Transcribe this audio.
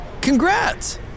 Congrats